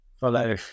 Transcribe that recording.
follow